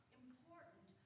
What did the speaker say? important